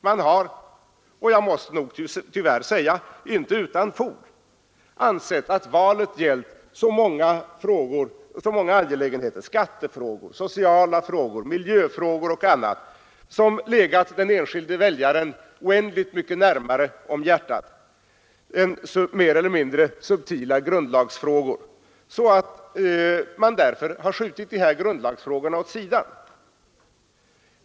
Man har, tyvärr inte utan fog, ansett att valet gällt så många angelägenheter — skattefrågor, sociala frågor, miljöfrågor och annat — som legat den enskilde väljaren oändligt mycket närmare om hjärtat än mer eller mindre subtila grundlagsfrågor, varför man skjutit dessa grundlagsfrågor åt sidan.